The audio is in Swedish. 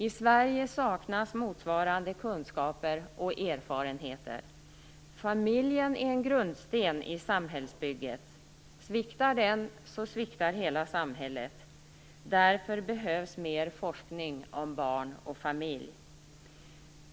I Sverige saknas motsvarande kunskaper och erfarenheter. Familjen är en grundsten i samhällsbygget. Sviktar den så sviktar hela samhället. Därför behövs mer forskning om barn och familj.